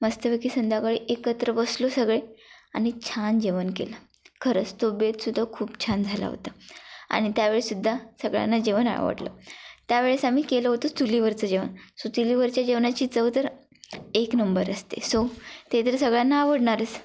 मस्तपैकी संध्याकाळी एकत्र बसलो सगळे आणि छान जेवण केलं खरंच तो बेतसुद्धा खूप छान झाला होता आणि त्यावेळी सुद्धा सगळ्यांना जेवण आवडलं त्यावेळेस आम्ही केलं होतं चुलीवरचं जेवण सो चुलीवरच्या जेवणाची चव तर एक नंबर असते सो ते तर सगळ्यांना आवडणारच